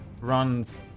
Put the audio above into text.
runs